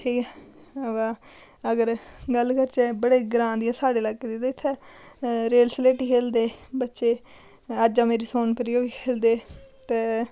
ठीक ऐ अगर गल्ल करचै बड़े ग्रांऽ दी साढ़े लाकें दियां ते इत्थै रेल स्लेटी खेलदे बच्चे आजा मेरी सोनपरी ओह् बी खेलदे ते